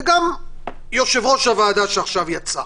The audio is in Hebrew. וגם יושב-ראש הוועדה שעכשיו יצא.